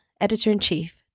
editor-in-chief